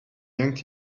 yanked